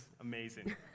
amazing